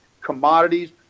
commodities